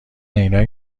عینک